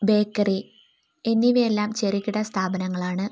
bakery എന്നിവയെല്ലാം ചെറുകിടസ്ഥാപനങ്ങളാണ്